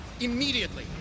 Immediately